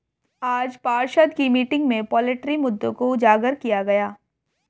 आज पार्षद की मीटिंग में पोल्ट्री मुद्दों को उजागर किया गया